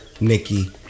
Nikki